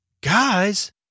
Guys